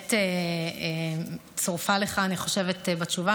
שבאמת אני חושבת שצורפה לך בתשובה.